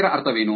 ಇದರ ಅರ್ಥವೇನು